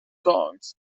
songs